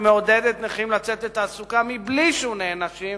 שמעודדת נכים לצאת לתעסוקה מבלי שהם נענשים,